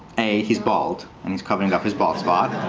a, he's bald. and he's covering up his bald spot.